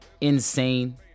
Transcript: insane